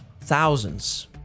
thousands